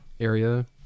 area